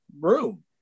room